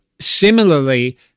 similarly